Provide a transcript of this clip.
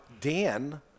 Dan